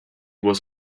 was